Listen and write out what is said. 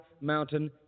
mountain